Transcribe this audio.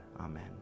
Amen